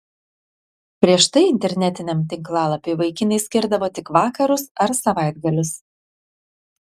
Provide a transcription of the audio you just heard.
prieš tai internetiniam tinklalapiui vaikinai skirdavo tik vakarus ar savaitgalius